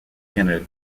canada